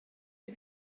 les